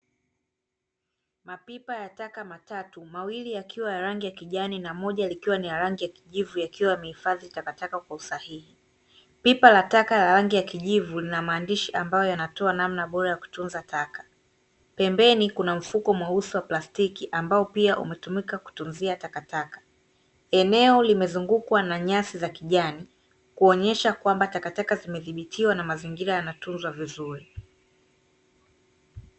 Mapipa ya taka matatu, mawili yakiwa ya rangi ya kijani na moja likiwa ni la rangi ya kijivu yakiwa yamehifadhi takataka kwa usahihi. Pipa la taka la rangi ya kijivu lina maandishi ambayo yanatoa namna bora ya kutunza taka. Pembeni kuna mfuko mweusi wa plastiki ambao pia umetumika kutunzia takataka. Eneo limezungukwa na nyasi za kijani, kuonyesha kwamba takataka zimedhibitiwa na mazingira yanatunzwa vizuri.